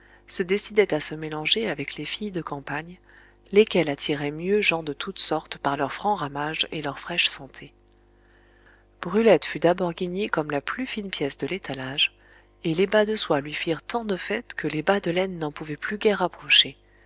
se décidaient à se mélanger avec les filles de campagne lesquelles attiraient mieux gens de toutes sortes par leur franc ramage et leur fraîche santé brulette fut d'abord guignée comme la plus fine pièce de l'étalage et les bas de soie lui firent tant de fête que les bas de laine n'en pouvaient plus guère approcher